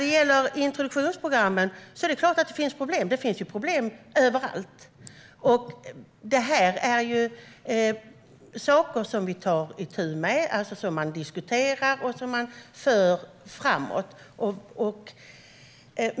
Det är klart att det finns problem med introduktionsprogrammen. Det finns det som sagt överallt. Detta är saker som vi tar itu med, som man diskuterar och som man för framåt.